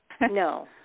No